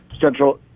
Central